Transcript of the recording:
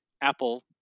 apple